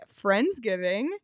Friendsgiving